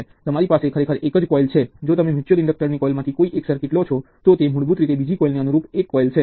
હવે તમારી પાસે સીરિઝ બદ્ધ એક બીજામાં સંખ્યાબંધ ઘટકો હોઈ શકે છે